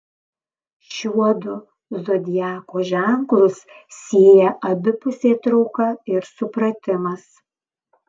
šiuodu zodiako ženklus sieja abipusė trauka ir supratimas